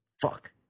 Fuck